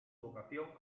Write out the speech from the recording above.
vocación